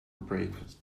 breakfast